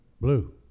Blue